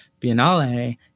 Biennale